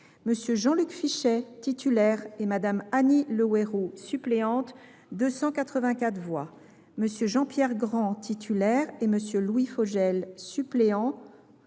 M. Jean Luc Fichet, titulaire, et Mme Annie Le Houerou, suppléante, 284 voix ; M. Jean Pierre Grand, titulaire, et M. Louis Vogel, suppléant,